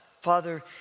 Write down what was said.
Father